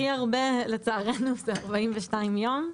הכי הרבה לצערנו זה 42 יום,